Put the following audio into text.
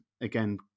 again